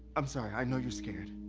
i'm sorry. i know you're scared.